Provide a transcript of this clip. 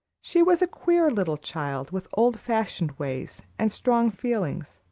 she was a queer little child, with old-fashioned ways and strong feelings,